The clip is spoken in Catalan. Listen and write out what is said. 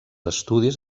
estudis